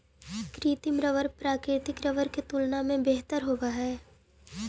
कृत्रिम रबर प्राकृतिक रबर के तुलना में बेहतर होवऽ हई